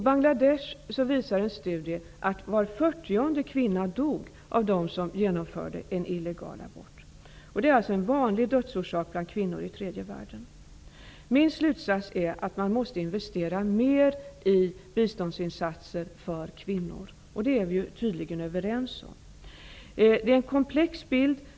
I Bangladesh dog var 40:e kvinna av dem som genomgick en illegal abort. Abort är alltså en vanlig dödsorsak bland kvinnor i tredje världen. Min slutsats är att man måste investera mer i biståndsinsatser för kvinnor. Det är vi tydligen överens om. Det är en komplex bild.